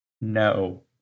no